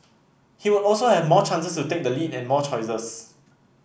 he would also have more chances to take the lead and more choices